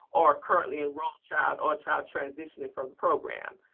or a currently enrolled child or a child transitioning from the program.